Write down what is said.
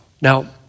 Now